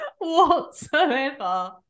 whatsoever